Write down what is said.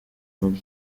rugo